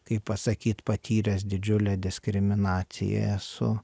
kaip pasakyt patyręs didžiulę diskriminaciją esu